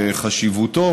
וחשיבותו,